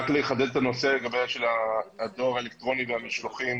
לחדד את הנושא לגבי הדואר האלקטרוני והמשלוחים.